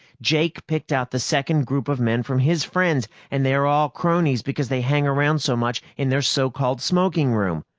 jake picked out the second group of men from his friends and they are all cronies because they hang around so much in their so-called smoking room.